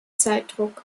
zeitdruck